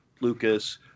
Lucas